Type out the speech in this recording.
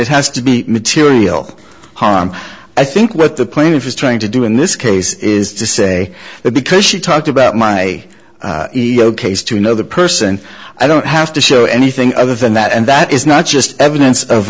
it has to be material harm i think what the plaintiff is trying to do in this case is to say that because she talked about my case to another person i don't have to show anything other than that and that is not just evidence of